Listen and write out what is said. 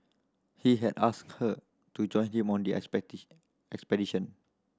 he had asked her to join him on the expedition